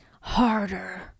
harder